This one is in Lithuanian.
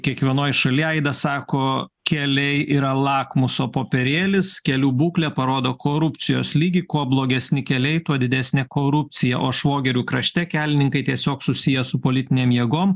kiekvienoj šaly aida sako keliai yra lakmuso popierėlis kelių būklė parodo korupcijos lygį kuo blogesni keliai tuo didesnė korupcija o švogerių krašte kelininkai tiesiog susiję su politinėm jėgom